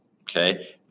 Okay